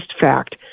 fact